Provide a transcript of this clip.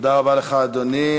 תודה רבה לך, אדוני.